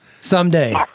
Someday